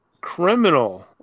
criminal